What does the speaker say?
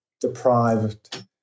deprived